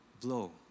blow